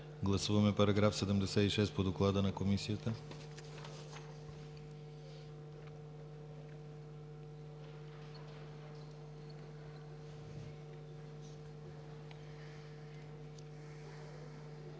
Гласуваме § 76 по доклада на Комисията.